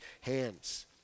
hands